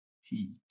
Heat